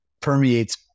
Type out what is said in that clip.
permeates